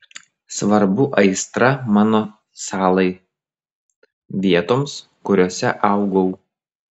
svarbu aistra mano salai vietoms kuriose augau